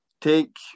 take